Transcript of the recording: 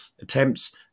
attempts